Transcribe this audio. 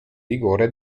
vigore